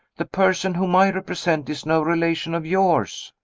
the person whom i represent is no relation of yours.